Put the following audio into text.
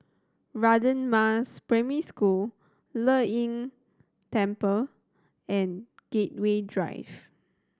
Radin Mas Primary School Le Yin Temple and Gateway Drive